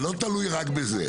זה לא תלוי רק בזה,